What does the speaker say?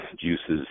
juices